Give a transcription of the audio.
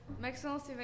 Maxence